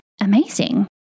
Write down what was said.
amazing